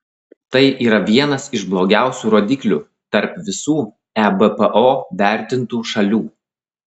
tai yra vienas iš blogiausių rodiklių tarp visų ebpo vertintų šalių